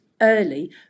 early